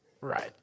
right